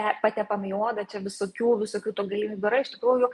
patepam į jodą čia visokių visokių tų galimybių yra iš tikrųjų